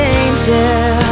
angel